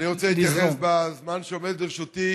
אני רוצה להתייחס בזמן שעומד לרשותי